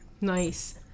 Nice